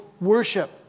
worship